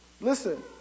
listen